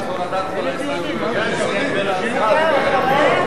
ברכות רבות על הולדת הבן, בשם הכנסת כולה.